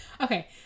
okay